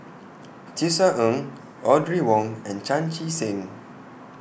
Tisa Ng Audrey Wong and Chan Chee Seng